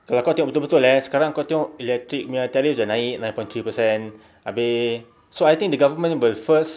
kalau kau tengok betul-betul eh sekarang kau tengok electric punya tariff dah naik nine point three per cent abeh so I think the government will first